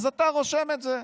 אז אתה רושם את זה.